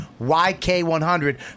YK100